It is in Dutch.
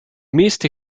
meeste